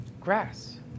Grass